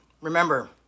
remember